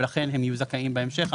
ולכן הם יהיו זכאים בהמשך.